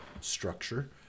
structure